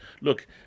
look